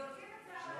זורקים את זה על